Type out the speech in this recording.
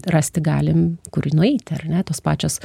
rasti galim kur nueiti ar ne tos pačios